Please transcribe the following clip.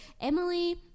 Emily